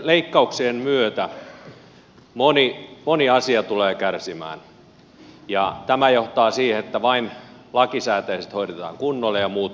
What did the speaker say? näitten leikkauksien myötä moni asia tulee kärsimään ja tämä johtaa siihen että vain lakisääteiset hoidetaan kunnolla ja muut asiat kärsivät